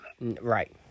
Right